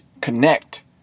connect